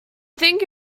think